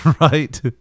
right